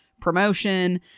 promotion